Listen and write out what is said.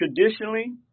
traditionally